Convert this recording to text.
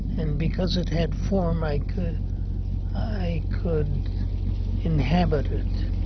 and because it had form, i could i could inhabit it.